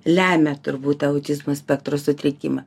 lemia turbūt tą autizmo spektro sutrikimą